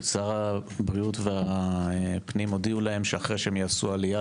שר הבריאות והפנים הודיעו להם שאחרי שיעשו עלייה,